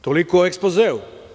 Toliko o ekspozeu.